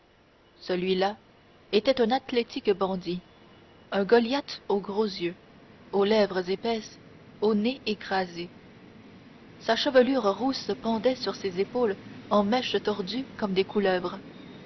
celui-là était un athlétique bandit un goliath aux gros yeux aux lèvres épaisses au nez écrasé sa chevelure rousse pendait sur ses épaules en mèches tordues comme des couleuvres